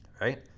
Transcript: right